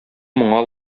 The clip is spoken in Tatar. моңа